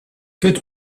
good